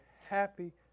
happy